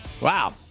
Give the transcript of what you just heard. Wow